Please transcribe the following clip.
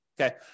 Okay